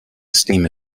esteem